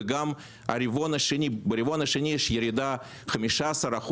וגם ברבעון השני יש ירידה של 10%,